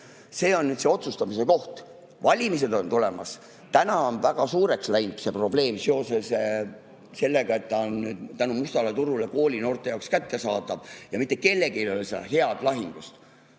See on otsustamise koht. Valimised on tulemas. Täna on väga suureks läinud see probleem seoses sellega, et see on nüüd tänu mustale turule koolinoorte jaoks kättesaadav, ja mitte kellelgi ei ole head lahendust.